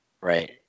right